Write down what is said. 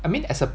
I mean as a